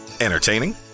Entertaining